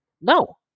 No